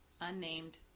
unnamed